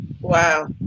Wow